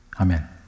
Amen